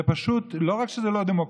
זה פשוט: לא רק שזה לא דמוקרטי,